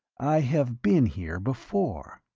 i have been here before.